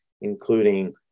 including